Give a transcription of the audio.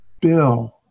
Bill